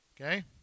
Okay